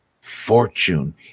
fortune